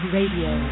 Radio